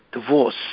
divorce